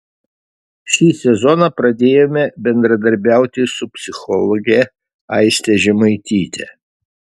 šį sezoną pradėjome bendradarbiauti su psichologe aiste žemaityte